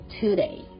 today